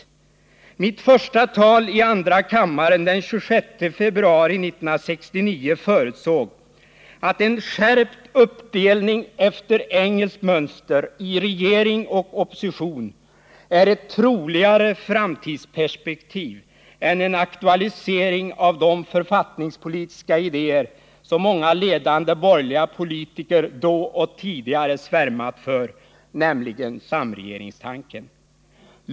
I mitt första tal i andra kammaren den 26 februari 1969 förutsåg jag att en skärpt uppdelning efter engelskt mönster i regering och opposition var ett troligare framtidsperspektiv än en aktualisering av de författningspolitiska idéer som många ledande borgerliga politiker då och tidigare svärmat för, nämligen samlingsregeringstanken.